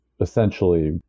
essentially